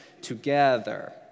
together